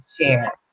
share